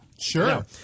Sure